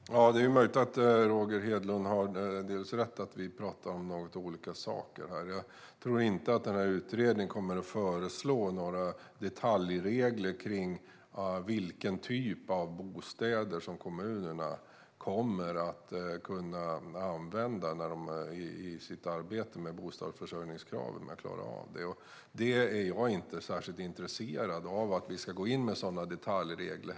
Herr talman! Det är möjligt att Roger Hedlund har delvis rätt i att vi pratar om något olika saker. Jag tror inte att denna utredning kommer att föreslå några detaljregler kring vilken typ av bostäder som kommunerna kommer att kunna använda i sitt arbete med att klara av bostadsförsörjningskravet. Jag är inte heller särskilt intresserad av att vi ska gå in med sådana detaljregler.